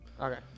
Okay